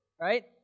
right